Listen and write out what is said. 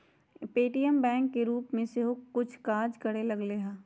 Paytm bank के रूप में सेहो कुछ काज करे लगलै ह